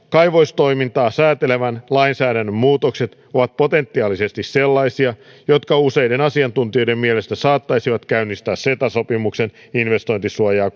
kaivostoimintaa säätelevän lainsäädännön muutokset ovat potentiaalisesti sellaisia jotka useiden asiantuntijoiden mielestä saattaisivat käynnistää ceta sopimuksen investointisuojaa